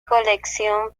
colección